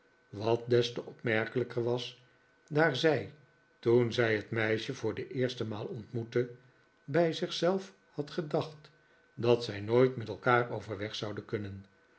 wat des te opmerkelijker was daar zij toen zij het meisje voor de eerste maal ontmoette bij zich zelf had gedacht dat zij nooit met elkaar overweg zouden kunnen